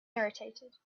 irritated